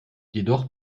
jedoch